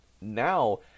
now